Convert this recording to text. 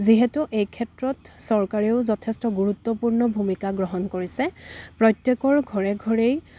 যিহেতু এই ক্ষেত্ৰত চৰকাৰেও যথেষ্ট গুৰুত্বপূৰ্ণ ভূমিকা গ্ৰহণ কৰিছে প্ৰত্যেকৰ ঘৰে ঘৰেই